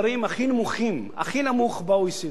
הכי נמוך ב-OECD, ואחד הנמוכים בעולם.